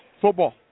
football